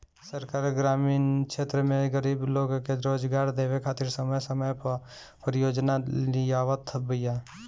सरकार ग्रामीण क्षेत्र में गरीब लोग के रोजगार देवे खातिर समय समय पअ परियोजना लियावत बिया